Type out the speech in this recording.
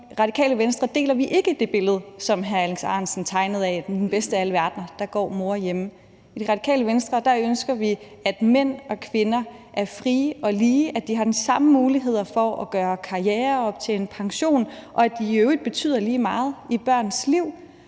Radikale Venstre deler vi ikke det billede, som hr. Alex Ahrendtsen tegnede, af, at i den bedste af alle verdener går mor hjemme. I Radikale Venstre ønsker vi, at mænd og kvinder er frie og lige, at de har de samme muligheder for at gøre karriere og optjene pension, og at de i øvrigt betyder lige meget i børns liv.